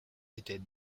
était